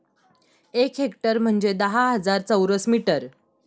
एक हेक्टर म्हणजे दहा हजार चौरस मीटर